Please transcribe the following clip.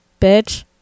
Bitch